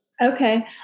Okay